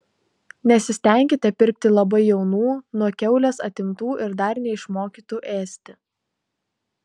nesistenkite pirkti labai jaunų nuo kiaulės atimtų ir dar neišmokytų ėsti